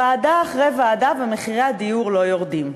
ועדה אחרי ועדה, ומחירי הדיור לא יורדים.